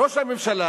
ראש הממשלה